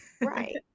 Right